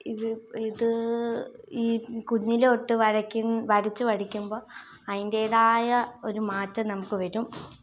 ഇത് ഇത് ഈ കുഞ്ഞിലെ തൊട്ട് വരയ്ക്കു വരച്ചുപഠിക്കുമ്പോൾ അതിൻറ്റേതായ ഒരു മാറ്റം നമുക്ക് വരും